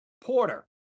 porter